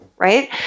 Right